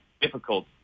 difficult